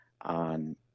on